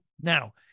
now